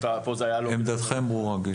עמדתכם ברורה.